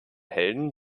helden